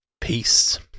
Peace